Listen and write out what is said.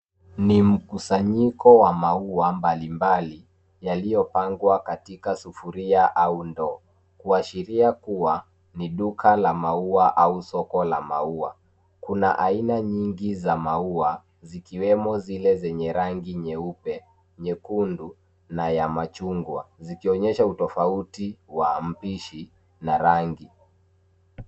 Ni mkusanyiko wa maua mbalimbali yaliyopangwa katika sufuria au ndoo kuashiria kuwa ni duka la maua au soko la maua. Kuna aina nyingi za maua zikiwemo zile zenye rangi nyeupe, nyekundu na ya machungwa zikionyesha utofauti wa mpishi na rangi.